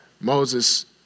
Moses